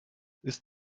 ist